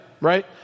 right